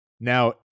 Now